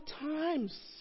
times